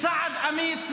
צעד אמיץ,